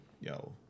yo